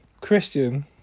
christian